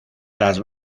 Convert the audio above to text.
las